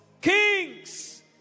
kings